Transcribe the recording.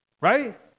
Right